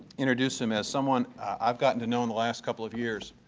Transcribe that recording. introduce him as someone i've gotten to know in the last couple of years.